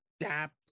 adapt